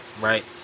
Right